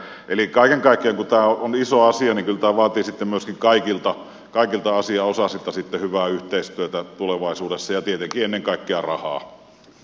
eli kaiken kaikkiaan kun tämä on iso asia niin kyllä tämä vaatii sitten myöskin kaikilta asianosaisilta hyvää yhteistyötä tulevaisuudessa ja tietenkin ennen kaikkea rahaa